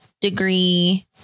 degree